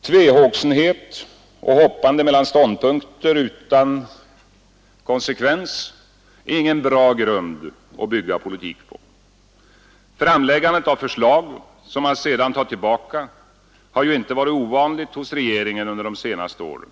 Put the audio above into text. Tvehågsenhet och hoppande mellan ståndpunkter utan konsekvens är ingen bra grund att bygga politik på. Framläggandet av förslag som sedan tas tillbaka har ju inte varit ovanligt hos regeringen under de senaste åren.